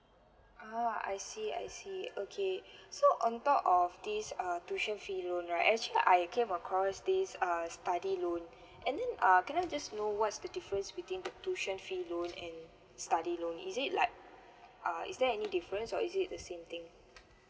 a'ah I see I see okay so on top of this err tuition fee loan right actually I came across this uh study loan and then uh can I just know what's the difference between the tuition fee loan and study loan is it like uh is there any difference or is it the same thing